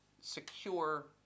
secure